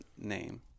name